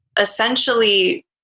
essentially